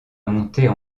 monter